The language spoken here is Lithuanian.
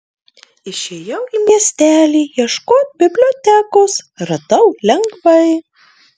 išėjau į miestelį ieškot bibliotekos radau lengvai